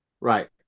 Right